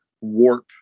warp